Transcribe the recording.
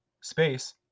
space